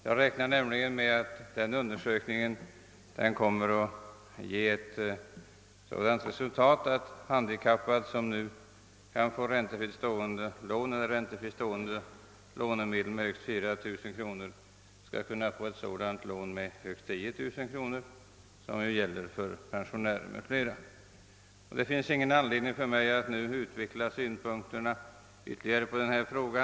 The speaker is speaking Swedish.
Jag räknar nämligen med att denna undersökning kommer att ge ett sådant resultat att handikappad, som nu kan erhålla räntefritt stående lån eller räntefri stående lånedel med högst 4 000 kronor, skall kunna få ett sådant lån med högst 10000 kronor, såsom gäller för pensionärer m.fl. Jag har ingen anledning att ytterligare utveckla synpunkterna på denna fråga.